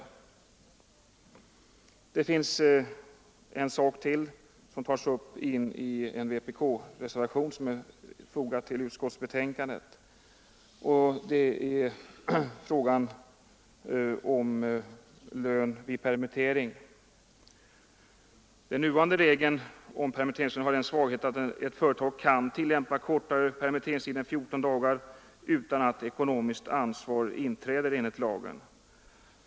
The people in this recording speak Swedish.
Frågan om lön vid permittering tas också upp i en vpk-reservation till utskottsbetänkandet. Den nuvarande regeln om permitteringslön har den svagheten att företag kan tillämpa kortare permitteringstid än 14 dagar utan att ekonomiskt ansvar inträder enligt lagen.